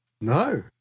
No